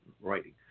writing